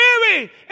weary